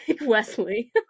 Wesley